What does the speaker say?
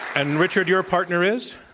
and, richard, your partner is?